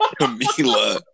Camila